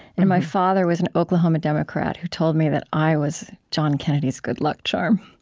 and my father was an oklahoma democrat who told me that i was john kennedy's good luck charm.